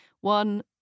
One